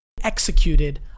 executed